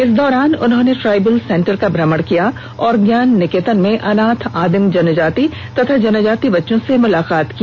इस दौरान उन्होंने ट्राइबल सेंटर का भ्रमण किया और ज्ञान निकेतन में अनाथ आदिम जनजाति व जनजाति बच्चों से भी मुलाकात की